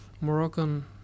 Moroccan